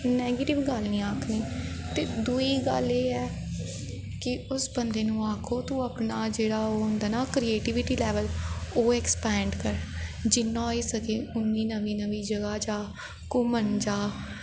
negative गल्ल निं आखनी ते दुई गल्ल ऐ एह् कि उस बंदे नू आक्खो तूं अपना जेह्ड़ा ओह् होंदा ना करिटिविटी लैवल ओह् अकस्पैंड़ कर जिन्ना होई सकै उन्नी नमीं नमीं जगह जा घुम्मन जा